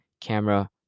camera